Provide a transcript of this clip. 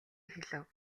хэлэв